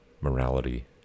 morality